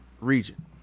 region